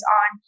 on